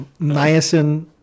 niacin